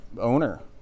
owner